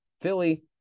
Philly